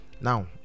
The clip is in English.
Now